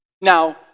Now